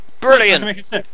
Brilliant